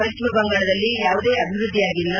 ಪಶ್ಚಿಮ ಬಂಗಾಳದಲ್ಲಿ ಯಾವುದೇ ಅಭಿವೃದ್ದಿಯಾಗಿಲ್ಲ